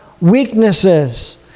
weaknesses